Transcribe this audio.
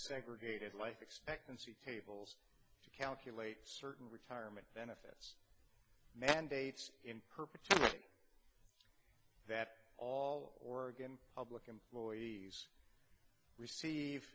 segregated life expectancy tables to calculate certain retirement benefits mandates in perpetuity that all or again public employees receive